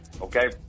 Okay